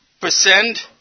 percent